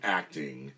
acting